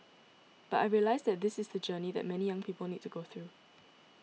but I realised that this is the journey that many young people need to go through